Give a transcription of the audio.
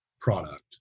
product